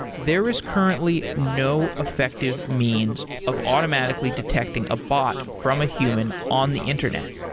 there is currently no effective means of automatically detecting a bot from a human on the internet.